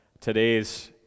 today's